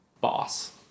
Boss